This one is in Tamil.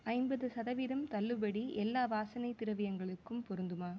ஐம்பது சதவீதம் தள்ளுபடி எல்லா வாசனை திரவியங்களுக்கும் பொருந்துமா